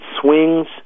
swings